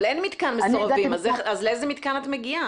אבל אין מתקן מסורבים, אז לאיזה מתקן את מגיעה?